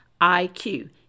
IQ